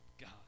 God